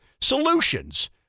solutions